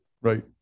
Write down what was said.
right